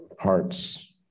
hearts